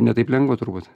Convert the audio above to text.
ne taip lengva turbūt